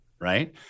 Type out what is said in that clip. Right